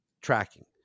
tracking